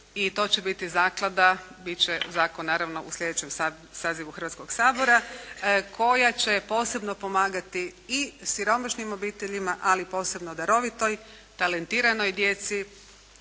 i to će biti zaklada, bit će zakon naravno u slijedećem sazivu Hrvatskog sabora koja će posebno pomagati i siromašnim obiteljima ali posebno darovitoj, talentiranoj djeci,